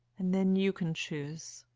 and then you can choose.